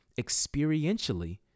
experientially